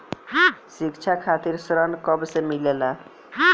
शिक्षा खातिर ऋण कब से मिलेला?